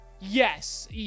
yes